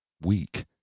weak